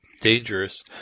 dangerous